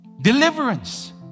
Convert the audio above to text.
Deliverance